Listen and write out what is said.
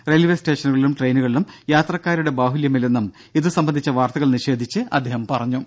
railway സ്റ്റേഷനുകളിലും ട്രെയിനുകളിലും യാത്രക്കാരുടെ ബാഹുല്യമില്ലെന്നും ഇതു സംബന്ധിച്ച വാർത്തകൾ നിഷേധിച്ച് അദ്ദേഹം പറഞ്ഞു